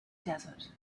desert